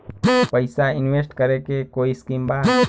पैसा इंवेस्ट करे के कोई स्कीम बा?